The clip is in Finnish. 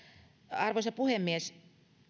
arvoisa puhemies